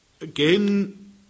Again